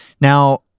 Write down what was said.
Now